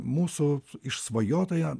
mūsų išsvajotąją